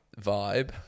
vibe